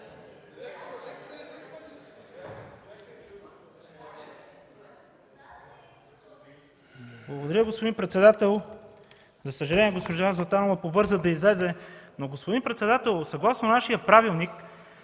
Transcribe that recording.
Благодаря Ви, господин председател. За съжаление, госпожа Златанова побърза да излезе. Господин председател, съгласно нашия правилник,